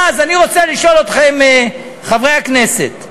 אז אני רוצה לשאול אתכם, חברי הכנסת והשרים: